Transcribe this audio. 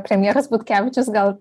premjeras butkevičius gal